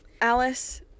Alice